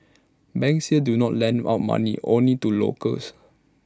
banks here do not lend out money only to locals